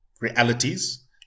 realities